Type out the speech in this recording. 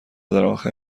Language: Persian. درآخر